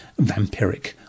vampiric